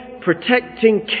protecting